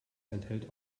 enthält